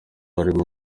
harimo